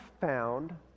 found